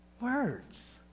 words